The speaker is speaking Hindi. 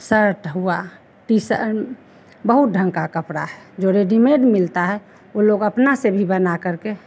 शर्ट हुआ टी श बहुत ढंग का कपड़ा है जो रेडीमेड मिलता है वो लोग अपना से भी बना करके